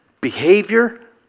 behavior